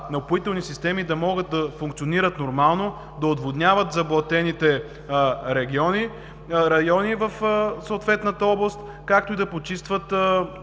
да могат да функционират нормално, да отводняват заблатените райони в съответната област, както и да почистват